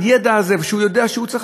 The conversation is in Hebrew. וגם מבחינה מנטלית.